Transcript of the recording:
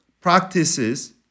practices